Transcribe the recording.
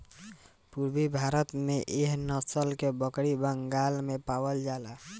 पूरबी भारत में एह नसल के बकरी बंगाल में पावल जाला